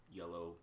yellow